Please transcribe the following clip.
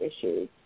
issues